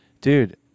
dude